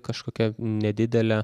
kažkokia nedidelė